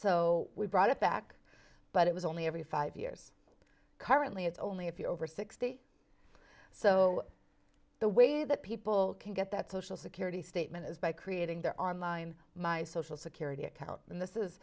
so we brought it back but it was only every five years currently it's only if you're over sixty so the way that people can get that social security statement is by creating their online my social security account and this is